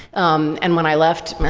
um and when i left,